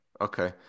okay